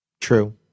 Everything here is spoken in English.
True